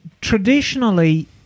traditionally